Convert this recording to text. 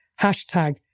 Hashtag